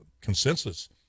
consensus